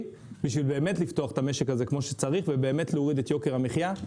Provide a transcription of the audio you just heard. בשביל לפתוח את המשק הזה כמו שצריך ולהוריד את יוקר המחייה.